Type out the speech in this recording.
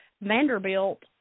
Vanderbilt